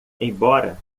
embora